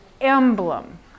emblem